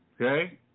Okay